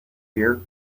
hear